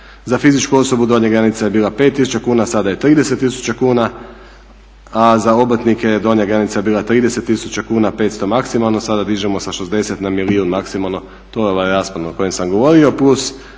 Za fizičku osobu donja granica je bila 5000 kuna, sada je 30 000 kuna, a za obrtnike je donja granica bila 30 000 kuna, 500 maksimalno, sada dižemo sa 60 na milijun maksimalno. To je ovaj raspon o kojem sam govorio